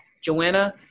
Joanna